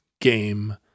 game